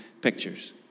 pictures